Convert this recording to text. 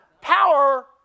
power